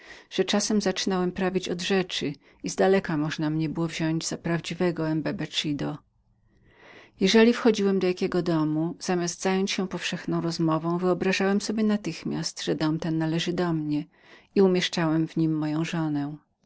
że czasami zaczynałem prawić od rzeczy i zdaleka można mnie było wziąść za prawdziwego embecevido jeżeli wchodziłem do jakiego domu zamiast zajmowania się powszechną rozmową wyobrażałem sobie natychmiast że dom należał do mnie i umieszczałem w nim moją żonę